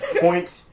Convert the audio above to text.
Point